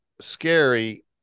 scary